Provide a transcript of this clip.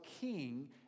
King